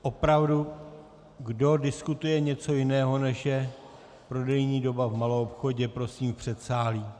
Opravdu, kdo diskutuje něco jiného, než je prodejní doba v maloobchodě, prosím v předsálí.